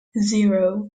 zero